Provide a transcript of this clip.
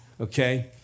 okay